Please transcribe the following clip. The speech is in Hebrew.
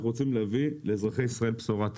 ואנחנו רוצים להביא לאזרחי ישראל בשורה.